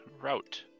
route